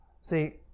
See